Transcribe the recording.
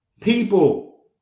people